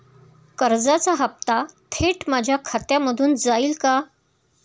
कर्जाचा हप्ता थेट माझ्या खात्यामधून जाईल का?